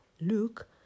Luke